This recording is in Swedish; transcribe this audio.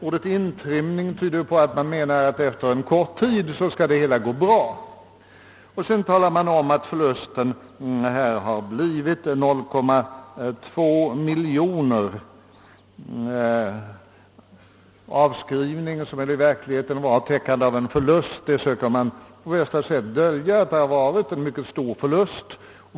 Ordet »intrimning» tyder på att man menade, att efter en kort tid skulle verksamheten gå bra. Vidare talades det om att förlusten hade blivit 0,2 miljon. Genom avskrivningar med anlitande av reserver, som i verkligheten blott bokföringsmässigt täckte en förlust, sökte man dölja att året hade medfört en stor förlust.